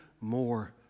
more